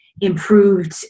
improved